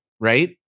right